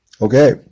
okay